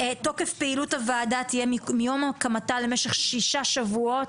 תוקף פעילות הוועדה יהיה מיום הקמתה למשך שישה שבועות.